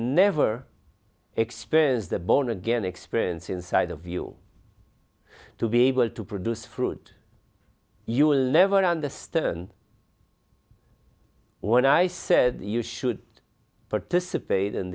never experience the born again experience inside of you to be able to produce fruit you will never understand what i said you should participate in